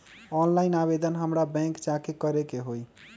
Online आवेदन हमरा bank जाके करे के होई?